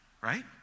right